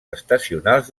estacionals